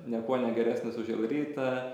niekuo negeresnis už l rytą